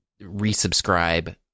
resubscribe